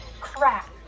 Crap